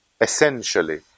essentially